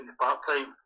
part-time